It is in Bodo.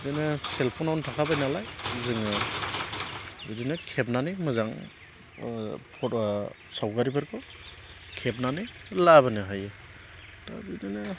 बिदिनो सेलफननावनो थाखाबायनालाय जोङो बिदिनो खेबनानै मोजां सावगारिफोरखौ खेबनानै लाबोनो हायो दा बिदिनो